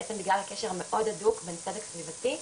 בעצם בגלל הקשר המאוד הדוק בין צדק סביבתי